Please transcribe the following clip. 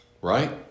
right